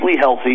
healthy